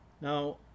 now